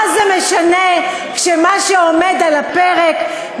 לא, הגירעון